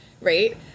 right